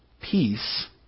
peace